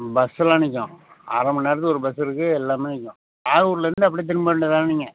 ம் பஸ்ஸெல்லாம் நிற்கும் அரை மணிநேரத்துக்கு ஒரு பஸ்ஸு இருக்குது எல்லாமே நிற்கும் நாகூர்லேருந்து அப்படியே திரும்ப வேண்டியது தானே நீங்கள்